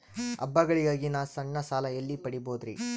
ಹಬ್ಬಗಳಿಗಾಗಿ ನಾ ಸಣ್ಣ ಸಾಲ ಎಲ್ಲಿ ಪಡಿಬೋದರಿ?